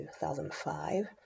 2005